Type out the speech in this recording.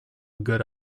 good